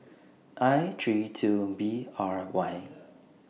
I three two B R Y